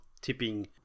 tipping